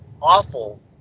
awful